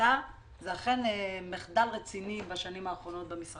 שנעשה זה אכן מחדל רציני בשנים האחרונות במשרד.